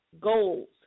goals